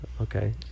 Okay